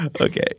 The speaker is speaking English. Okay